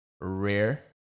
Rare